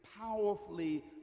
powerfully